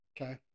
Okay